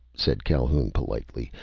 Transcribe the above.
said calhoun politely,